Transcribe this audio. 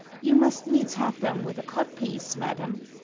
you must needs have them with a codpiece, madam.